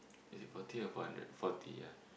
is it forty upon hundred forty yeah